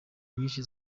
nyinshi